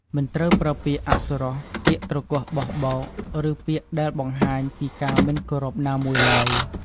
មិនត្រូវប្រើពាក្យអសុរោះ ពាក្យទ្រគោះបោះបោក ឬពាក្យដែលបង្ហាញពីការមិនគោរពណាមួយឡើយ។